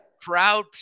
proud